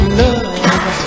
love